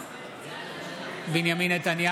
אינו נוכח